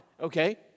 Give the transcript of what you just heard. okay